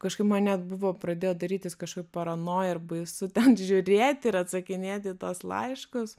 kažkaip man net buvo pradėję darytis kažkaip paranoja ir baisu ten žiūrėt ir atsakinėt į tuos laiškus